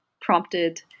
prompted